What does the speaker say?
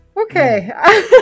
Okay